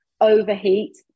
overheat